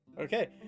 Okay